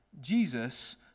Jesus